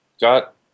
got